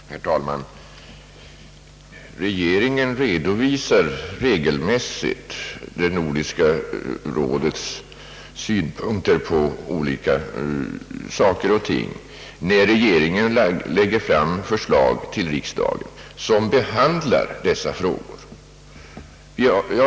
Herr talman! Regeringen redovisar regelmässigt Nordiska rådets synpunkter på olika problem när regeringen lägger fram förslag till riksdagen vilka behandlar dessa frågor.